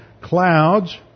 Clouds